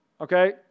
Okay